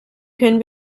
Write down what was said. können